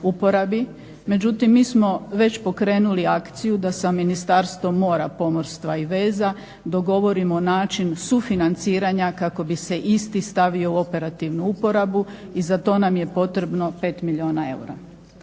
međutim mi smo već pokrenuli akciju da sa Ministarstvom mora, pomorstva i veza dogovorimo način sufinanciranja kako bi se isti stavio u operativnu uporabu i za to nam je potrebno 5 milijuna eura.